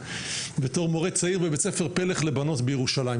בתור מורה צעיר בבית ספר פלך לבנות בירושלים,